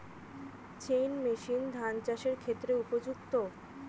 Chain machine ধান চাষের ক্ষেত্রে উপযুক্ত?